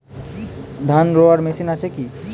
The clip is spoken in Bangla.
ধান রোয়ার মেশিন আছে কি?